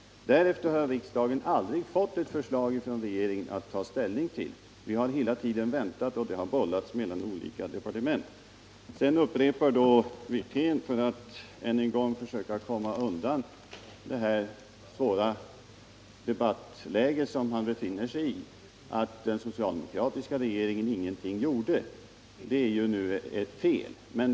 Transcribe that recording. Därefter har riksdagen aldrig fått ett förslag från regeringen att ta ställning till. Vi har hela tiden väntat ett sådant, men frågan har bollats mellan olika departement. Sedan upprepar Rolf Wirtén, för att försöka komma undan det svåra debattläge som han befinner sig i, att den socialdemokratiska regeringen ingenting gjorde. Det påståendet är felaktigt.